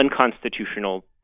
unconstitutional